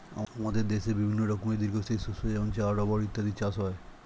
আমাদের দেশে বিভিন্ন রকমের দীর্ঘস্থায়ী শস্য যেমন চা, রাবার ইত্যাদির চাষ হয়